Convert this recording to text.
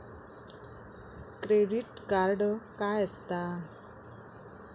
Credit card काय असता?